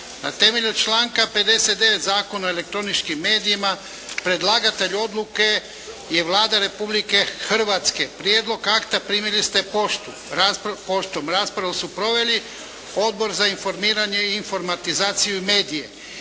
Na temelju članka 59. Zakona o elektroničkim medijima predlagatelj odluke je Vlada Republike Hrvatske. Prijedlog akta primili ste poštom. Raspravu su proveli Odbor za informiranje, informatizaciju i medije.